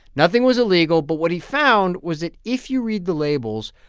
nothing was illegal, but what he found was that if you read the labels,